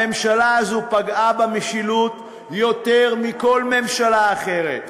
הממשלה הזו פגעה במשילות יותר מכל ממשלה אחרת.